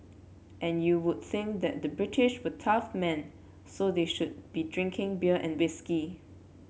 and you would think that the British were tough men so they should be drinking beer and whisky